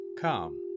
Come